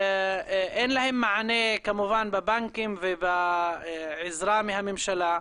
ואין להם מענה כמובן בבנקים, ובעזרה מהממשלה.